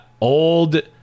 Old